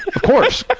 of course.